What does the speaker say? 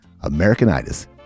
Americanitis